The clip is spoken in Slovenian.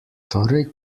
torej